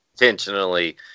intentionally